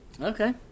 Okay